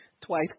Twice